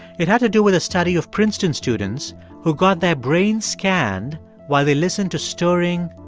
it had to do with a study of princeton students who got their brains scanned while they listened to stirring,